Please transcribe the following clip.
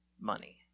money